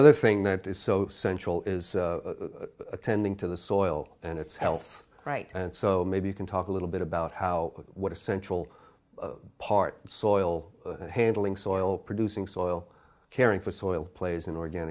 other thing that is so central is attending to the soil and its health right and so maybe you can talk a little bit about how what a central part soil handling soil producing soil caring for soil plays an